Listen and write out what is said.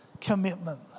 commitment